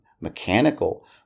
mechanical